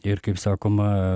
ir kaip sakoma